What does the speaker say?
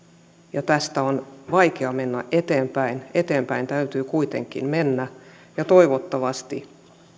ja tästä on vaikea mennä eteenpäin eteenpäin täytyy kuitenkin mennä ja toivottavasti